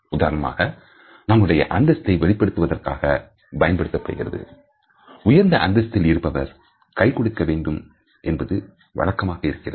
உதாரணமாக நம்முடைய அந்தஸ்தை வெளிப்படுத்துவதற்காக பயன்படுத்தப்படுகிறது உயர்ந்த அந்தஸ்தில் இருப்பவர் கை கொடுக்கவேண்டும் என்பதுவழக்கமாக இருக்கிறது